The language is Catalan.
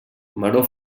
maror